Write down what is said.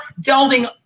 delving